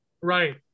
right